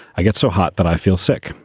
i get so hot that i feel sick.